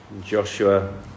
Joshua